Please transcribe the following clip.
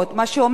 מה שאומר: